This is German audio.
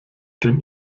denn